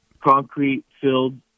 concrete-filled